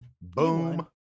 Boom